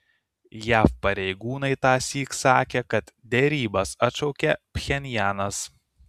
jav pareigūnai tąsyk sakė kad derybas atšaukė pchenjanas